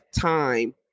time